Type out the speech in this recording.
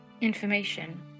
Information